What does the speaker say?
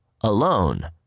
alone